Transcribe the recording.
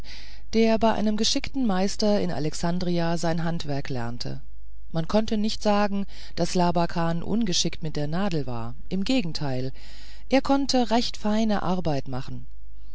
der bei einem geschickten meister in alessandria sein handwerk lernte man konnte nicht sagen daß labakan ungeschickt mit der nadel war im gegenteil er konnte recht feine arbeit machen